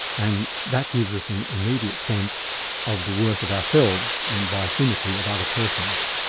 and that gives us an immediate sense of the worth of ourselves, and by symmetry, of other persons.